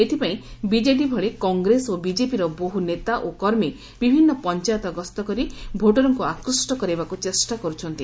ଏଥିପାଇଁ ବିକେଡି ଭଳି କଂଗ୍ରେସ ଓ ବିକେପିର ବହୁ ନେତା ଓ କର୍ମୀ ବିଭିନୁ ପଞ୍ଚାୟତ ଗସ୍ତକରି ଭୋଟରଙ୍କୁ ଆକୃଷ୍ କରାଇବାକୁ ଚେଷ୍ଟା କରୁଛନ୍ତି